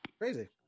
crazy